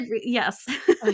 yes